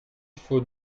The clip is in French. faut